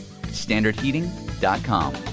Standardheating.com